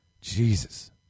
Jesus